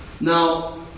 Now